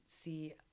see